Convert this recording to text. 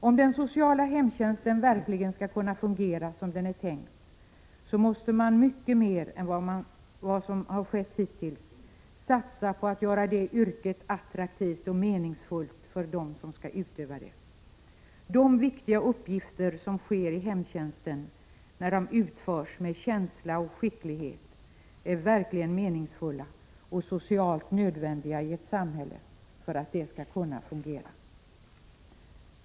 Om den sociala hemtjänsten verkligen skall kunna fungera som den är tänkt måste man mycket mer än vad som hittills skett satsa på att göra det yrket attraktivt och meningsfullt för dem som skall utöva det. De viktiga uppgifter som utförs av hemtjänsten när det sker med känsla och skicklighet är verkligen meningsfulla och socialt nödvändiga i ett samhälle för att det skall kunna fungera.